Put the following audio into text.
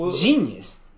genius